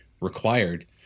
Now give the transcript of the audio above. required